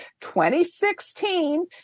2016